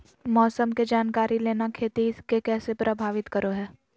मौसम के जानकारी लेना खेती के कैसे प्रभावित करो है?